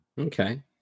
Okay